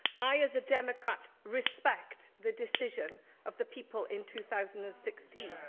i, as a democrat, respect the decision of the people in two thousand and sixteen,